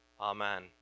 Amen